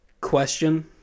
question